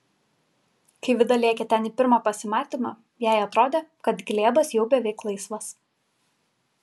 kai vida lėkė ten į pirmą pasimatymą jai atrodė kad glėbas jau beveik laisvas